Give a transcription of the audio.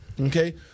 okay